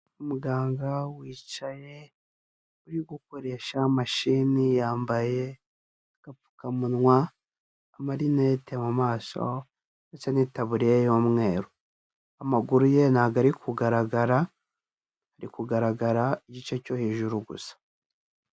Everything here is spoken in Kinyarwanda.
Umuganga wicaye uri gukoresha mashini, yambaye agapfukamunwa, amarinete mu maso, ndetse n'itaburiya y'umweru, amaguru ye ntabwo ari kugaragara, hari kugaragara igice cyo hejuru gusa.